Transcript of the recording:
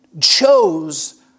chose